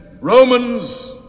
Romans